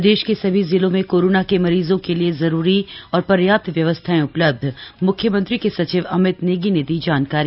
प्रदेश के सभी जिलों में कोरोना के मरीजों के लिए जरूरी और पर्याप्त व्यवस्थाएं उपलब्ध म्ख्यमंत्री के सचिव अमित नेगी ने दी जानकारी